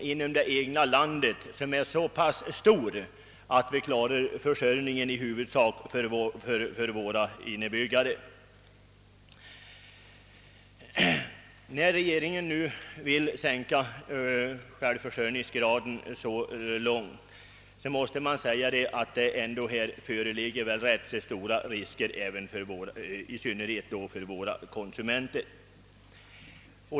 Vi borde emellertid i huvudsak kunna försörja våra egna invånare. När regeringen nu vill sänka självförsörjningsgraden föreligger stora risker i synnerhet för konsumenterna.